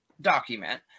document